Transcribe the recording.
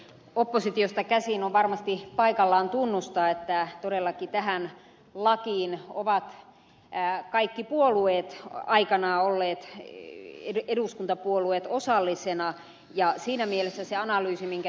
oppositiosta käsin on varmasti paikallaan tunnustaa että todellakin tähän lakiin ovat kaikki eduskuntapuolueet aikanaan olleet osallisina ja siinä mielessä sitä analyysiä minkä ed